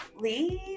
leave